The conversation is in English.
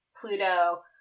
Pluto